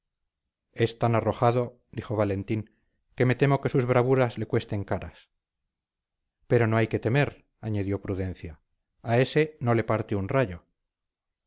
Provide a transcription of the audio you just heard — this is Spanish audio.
es tan arrojado dijo valentín que me temo que sus bravuras le cuesten caras pero no hay que temer añadió prudencia a ese no le parte un rayo